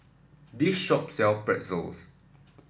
this shop sell Pretzels